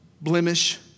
blemish